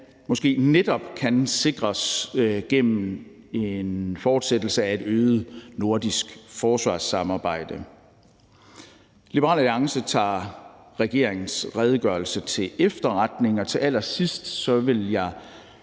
måske netop kan sikres gennem en fortsættelse af et øget nordisk forsvarssamarbejde. Liberal Alliance tager regeringens redegørelse til efterretning, og til allersidst vil jeg